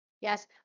Yes